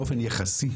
באופן יחסי.